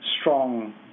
strong